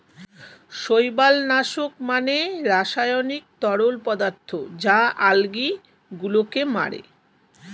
শৈবাল নাশক মানে রাসায়নিক তরল পদার্থ যা আলগী গুলোকে মারে